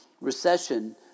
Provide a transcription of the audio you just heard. recession